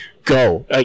go